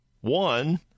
one